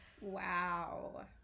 Wow